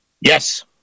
Yes